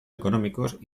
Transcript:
económicos